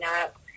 up